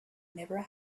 never